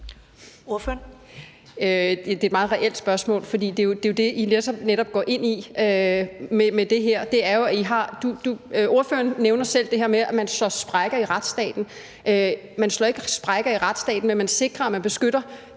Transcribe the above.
(NB): Det er et meget reelt spørgsmål, for det er det, I netop går ind i med det her. Ordføreren nævner selv det her med, at man slår sprækker i retssalen. Man slår ikke sprækker i retsstaten, men man sikrer, at man beskytter